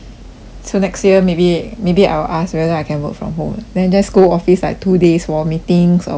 so next year maybe maybe I'll ask whether I can work from home then just go office like two days for meetings or whatever